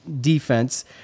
defense